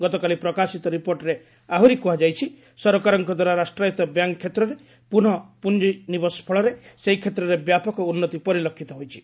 ଗତକାଲି ପ୍ରକାଶିତ ରିପୋର୍ଟରେ ଆହୁରି କୁହାଯାଇଛି ସରକାରଙ୍କଦ୍ୱାରା ରାଷ୍ଟ୍ରାୟତ୍ତ ବ୍ୟାଙ୍କ୍ କ୍ଷେତ୍ରରେ ପୁନଃ ପୁଞ୍ଜିନିବେଶ ଫଳରେ ସେହି କ୍ଷେତ୍ରରେ ବ୍ୟାପକ ଉନ୍ନତି ପରିଲକ୍ଷିତ ହୋଇଛି